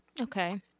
Okay